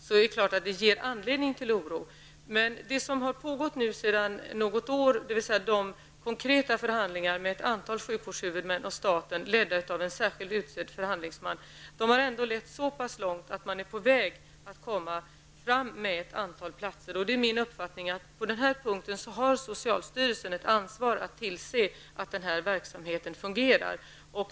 Men det har sedan ett antal år tillbaka pågått konkreta förhandlingar med ett antal sjukvårdshuvudmän och staten, ledda av en särskild utsedd förhandlingsman, och de har nått så långt att man är på väg att få fram ett antal platser. Det är min uppfattning att socialstyrelsen på denna punkt har ett ansvar för att tillse att denna verksamhet fungerar.